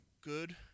Good